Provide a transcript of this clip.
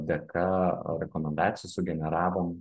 dėka rekomendacijų sugeneravom